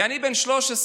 ואני בן 13,